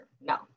No